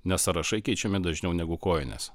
nes sąrašai keičiami dažniau negu kojinės